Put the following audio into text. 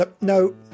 No